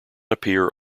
appear